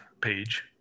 page